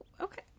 Okay